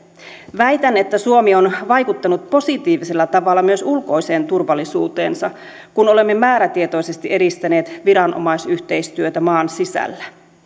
väitän että suomi on vaikuttanut positiivisella tavalla myös ulkoiseen turvallisuuteensa kun olemme määrätietoisesti edistäneet viranomaisyhteistyötä maan sisällä